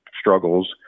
struggles